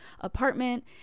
apartment